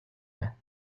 байна